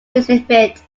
exhibit